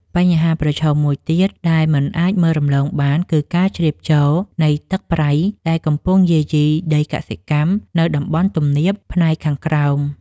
បញ្ហាមួយទៀតដែលមិនអាចមើលរំលងបានគឺការជ្រាបចូលនៃទឹកប្រៃដែលកំពុងយាយីដីកសិកម្មនៅតំបន់ទំនាបផ្នែកខាងក្រោម។